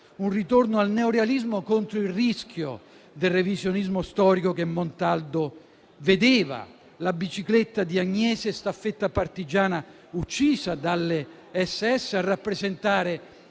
un ritorno al Neorealismo, contro il rischio del revisionismo storico che Montaldo vedeva; la bicicletta di Agnese, staffetta partigiana uccisa dalle SS, a rappresentare